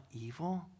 evil